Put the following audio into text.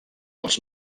als